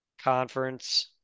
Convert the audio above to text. conference